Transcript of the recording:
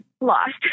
lost